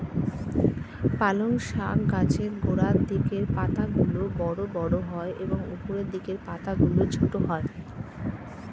পালং শাক গাছের গোড়ার দিকের পাতাগুলো বড় বড় হয় এবং উপরের দিকের পাতাগুলো ছোট হয়